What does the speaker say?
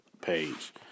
page